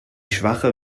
schwache